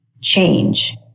change